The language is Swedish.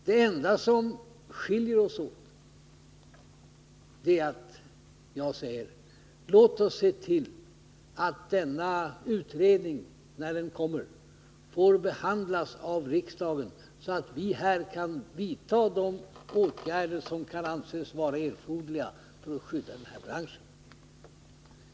Det enda som skiljer oss åt är att jag säger: Låt oss se till att denna utredning när den kommer får behandlas av riksdagen så att vi här kan vidta de åtgärder som kan anses vara erforderliga för att skydda denna bransch.